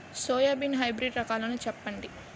Soybean hybrid రకాలను చెప్పండి?